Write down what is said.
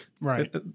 Right